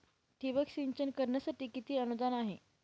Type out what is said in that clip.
ठिबक सिंचन करण्यासाठी किती अनुदान आहे?